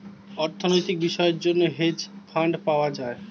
অর্থনৈতিক বিষয়ের জন্য হেজ ফান্ড পাওয়া যায়